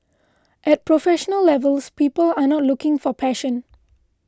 at professional levels people are not looking for passion